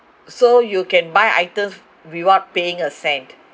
so you can buy items without paying a cent